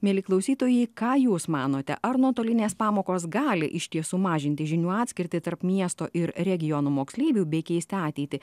mieli klausytojai ką jūs manote ar nuotolinės pamokos gali išties sumažinti žinių atskirtį tarp miesto ir regionų moksleivių bei keisti ateitį